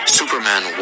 superman